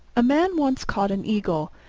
a man once caught an eagle,